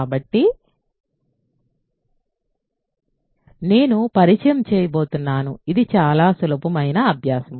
కాబట్టి నేను పరిచయం చేయబోతున్నాను ఇది చాలా సులభమైన అభ్యాసము